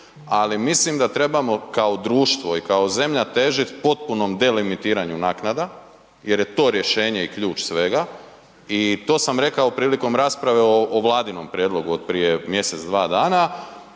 ali mislim da trebamo kao društvo i kao zemlja težit potpunom delimitiranju naknada jer je to rješenje i ključ svega i to sam rekao prilikom rasprave o Vladinom prijedlogu od prije mjesec, dva dana.